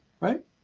right